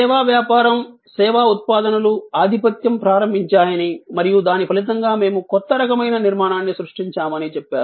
సేవా వ్యాపారం సేవా ఉత్పాదనలు ఆధిపత్యం ప్రారంభించాయని మరియు దాని ఫలితంగా మేము కొత్త రకమైన నిర్మాణాన్ని సృష్టించామని చెప్పారు